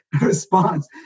response